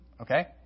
Okay